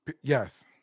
Yes